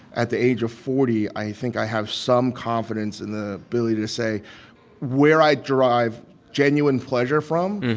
at the age of forty, i think i have some confidence in the ability to say where i derive genuine pleasure from,